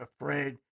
afraid